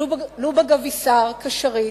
לובה גביסר, קשרית,